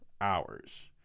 hours